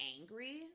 angry